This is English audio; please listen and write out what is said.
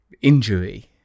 injury